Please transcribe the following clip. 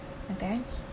my parents